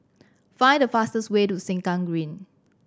find the fastest way to Sengkang Green